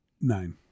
Nine